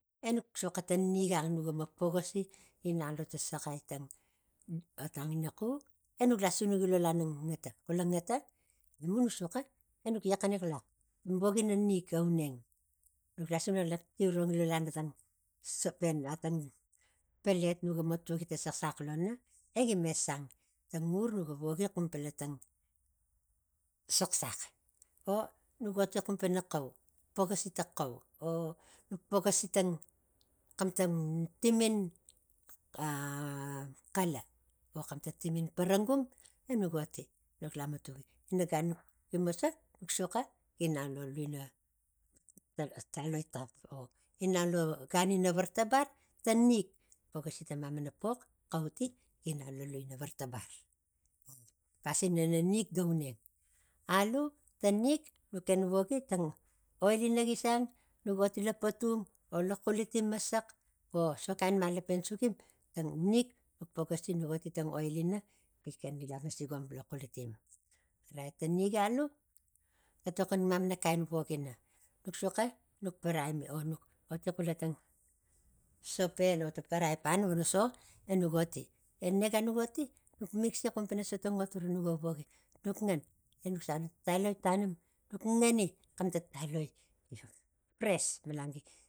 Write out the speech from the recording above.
E nuk saxo ta nik ang nuga mo pogosi inang lo ta saxai tang otang ina xuk enuk lasinuki lo lana ngata xula ngat enuk nuk suxa enuk laxlax ta vok ina nik ga uneng nuk lasanuk enuk tiu rongi ta lana sospen a tang palet nuga mo tuaki tang saxsax lo no egi me sang tangur nugavok xumpana tang saxsax o nuk oti xumpana xau poxosi ta xau o nuk pokosi xamtag timin a- a- a xaiai vo xam tang timin parangum enuk oti nuk lamatu gi ina gan gi moso nuk suxa ginang lo lui ina tala tala o inang lo gan ina vartabar. A pasin ina nik ga uneng aiu ta nik nuk ken voki tang oil ina gi sang nuk oti lo patum or xulitim masax vo sota kain malapen sugim ta nik nuk poxosi nuk oti tang oil ina gi ken langasikom lo ta xulitim. Orait ta nik alu ga tokom mamang kain vok ina nuk soxo nuk paraimi o nuk oti xula tang sopen otang paraipang ota so enuk oti ene gan nuga oti nuk miksi xumpana so tang ngot gura nuga voki nuk ngan tanim nuk ngani xan tang taloi gi fres malan gi